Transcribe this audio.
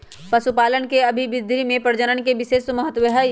पशुपालन के अभिवृद्धि में पशुप्रजनन के विशेष महत्त्व हई